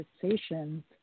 conversations